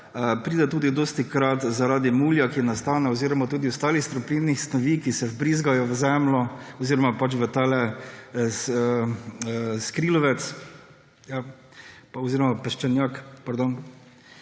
pride tudi dostikrat zaradi mulja, ki nastane oziroma tudi ostalih strupenih snovi, ki se vbrizgavajo v zemljo oziroma pač v skrilovec oziroma peščenjak, pardon,